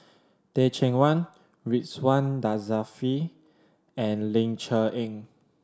Teh Cheang Wan Ridzwan Dzafir and Ling Cher Eng